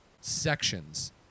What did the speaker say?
sections